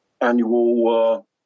annual